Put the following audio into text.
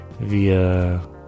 via